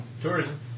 Tourism